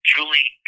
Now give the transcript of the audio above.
Julie